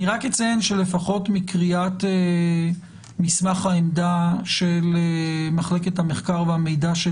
אני רק אציין שלפחות מקריאת מסמך העמדה של מחלקת המחקר והמידע של